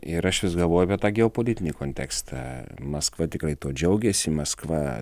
ir aš vis galvoju apie tą geopolitinį kontekstą maskva tikrai tuo džiaugiasi maskva